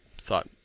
thought